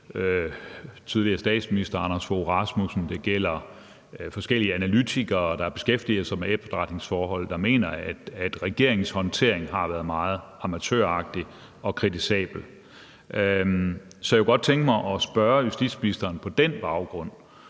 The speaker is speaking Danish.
tidligere statsminister Anders Fogh Rasmussen, og det gælder forskellige analytikere, der beskæftiger sig med efterretningsforhold, der mener, at regeringens håndtering har været meget amatøragtig og kritisabel. Så jeg kunne på den baggrund godt tænke mig at spørge justitsministeren, om